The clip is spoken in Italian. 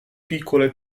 piccole